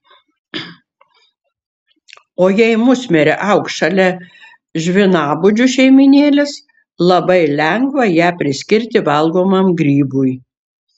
o jei musmirė augs šalia žvynabudžių šeimynėlės labai lengva ją priskirti valgomam grybui